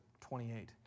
28